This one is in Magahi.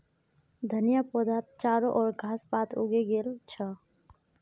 धनिया पौधात चारो ओर घास पात उगे गेल छ